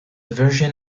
version